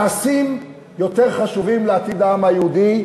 מעשים יותר חשובים לעתיד העם היהודי ממילים.